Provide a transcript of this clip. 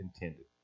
intended